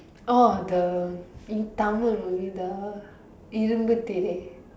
orh the in Tamil movie the Irumbu Thirai